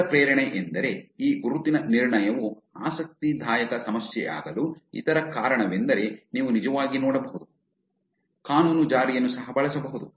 ಇತರ ಪ್ರೇರಣೆಯೆಂದರೆ ಈ ಗುರುತಿನ ನಿರ್ಣಯವು ಆಸಕ್ತಿದಾಯಕ ಸಮಸ್ಯೆಯಾಗಲು ಇತರ ಕಾರಣವೆಂದರೆ ನೀವು ನಿಜವಾಗಿ ನೋಡಬಹುದು ಕಾನೂನು ಜಾರಿಯನ್ನು ಸಹ ಬಳಸಬಹುದು